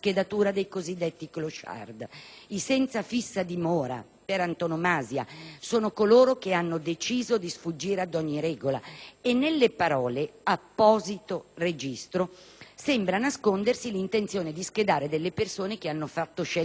I senza fissa dimora sono per antonomasia coloro che hanno deciso di sfuggire ad ogni regola, e nelle parole "apposito registro" sembra nascondersi l'intenzione di schedare delle persone che hanno fatto scelte diverse di vita.